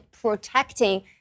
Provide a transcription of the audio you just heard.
protecting